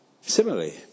Similarly